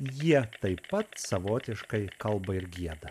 jie taip pat savotiškai kalba ir gieda